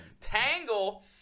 Tangle